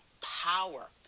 power